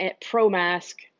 pro-mask